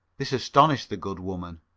this astonished the good woman.